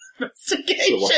investigation